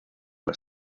las